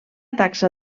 taxa